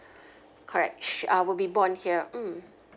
correct uh will be born here mm